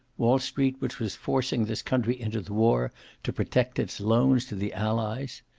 wall street which was forcing this country into the war to protect its loans to the allies.